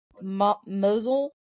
Mosel